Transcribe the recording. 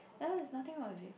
ya there's nothing wrong with it